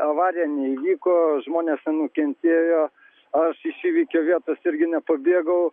avarija neįvyko žmonės nenukentėjo aš iš įvykio vietos irgi nepabėgau